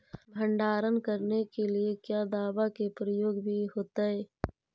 भंडारन करने के लिय क्या दाबा के प्रयोग भी होयतय?